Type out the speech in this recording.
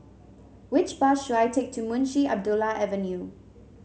which bus should I take to Munshi Abdullah Avenue